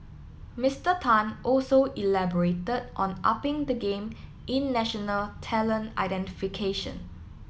Mister Tan also elaborated on upping the game in national talent identification